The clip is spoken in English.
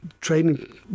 training